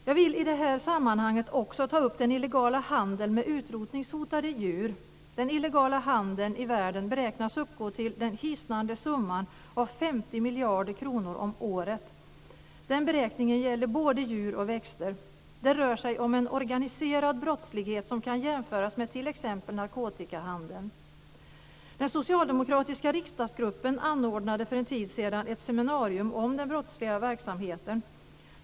Jag vill i det här sammanhanget också ta upp den illegala handeln med utrotningshotade djur. Den illegala handeln i världen beräknas uppgå till den hisnande summan 50 miljarder kronor om året. Den beräkningen gäller både djur och växter. Det rör sig om en organiserad brottslighet, som kan jämföras med t.ex. narkotikahandeln. Den socialdemokratiska riksdagsgruppen anordnade för en tid sedan ett seminarium om den brottsliga verksamheten.